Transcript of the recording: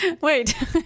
wait